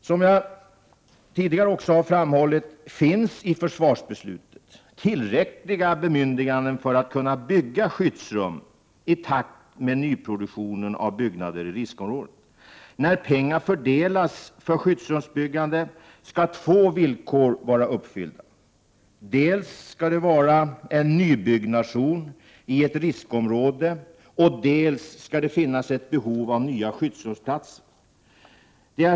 Som jag tidigare också har framhållit finns i försvarsbeslutet tillräckliga bemyndiganden för att kunna bygga skyddsrum i takt med nyproduktionen av byggnader i riskområdet. När pengar fördelas för skyddsrumsbyggande skall två villkor vara uppfyllda. Dels skall det vara fråga om en nybyggnation i ett riskområde, dels skall det finnas ett behov av nya skyddsrumsplatser.